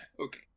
okay